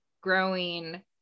growing